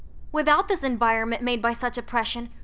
without this environment made by such oppression,